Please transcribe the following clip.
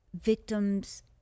victim's